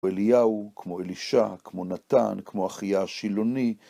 ואליהו, כמו אלישה, כמו נתן, כמו אחייה השילוני.